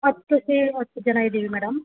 ಹತ್ತು ಸಿ ಹತ್ತು ಜನ ಇದ್ದೀವಿ ಮೇಡಮ್